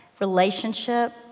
relationship